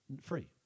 Free